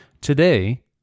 Today